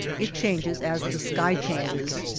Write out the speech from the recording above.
it changes as the sky changes,